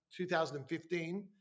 2015